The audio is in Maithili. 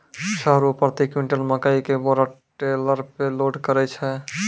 छह रु प्रति क्विंटल मकई के बोरा टेलर पे लोड करे छैय?